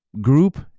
group